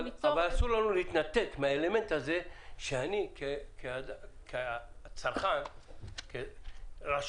אבל אסור לנו להתנתק מהאלמנט שאני כצרכן רוצה